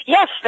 Yes